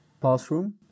classroom